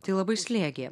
tai labai slėgė